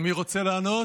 מי רוצה לענות?